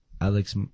Alex